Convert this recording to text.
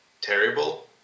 Terrible